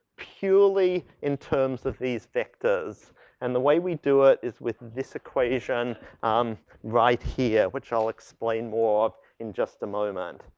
purely in terms of these vectors and the way we do it is with this equation um right here, which i'll explain more in just a moment.